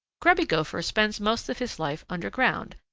grubby gopher spends most of his life underground,